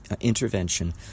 intervention